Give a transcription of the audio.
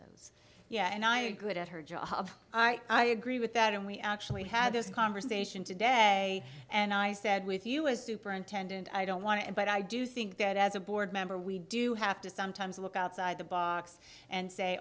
yeah and i good at her job i agree with that and we actually had this conversation today and i said with us superintendent i don't want to but i do think that as a board member we do have to sometimes look outside the box and say